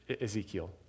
Ezekiel